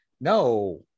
No